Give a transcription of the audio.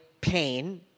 pain